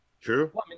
True